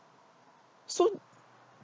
so